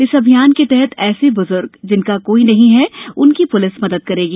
इस अभियान के तहत ऐसे ब्ज्र्ग जिनका कोई नहीं है उनकी प्लिस मदद करेगी